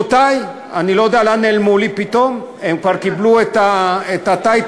ברכותי; אני לא יודע לאן הם נעלמו לי פתאום,